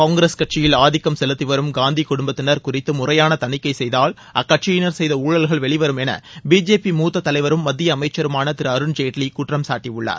காங்கிரஸ் கட்சியில் ஆதிக்கம் செலுத்திவரும் காந்தி குடும்பத்தினர் குறித்து முறையான தணிக்கை செய்தால் அக்கட்சியினர் செய்த ஊழல்கள் வெளிவரும் என பிஜேபி மூத்த தலைவரும் மத்திய அமைச்சருமான திரு அருண்ஜேட்லி குற்றம்சாட்டியுள்ளார்